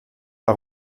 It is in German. war